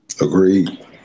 Agreed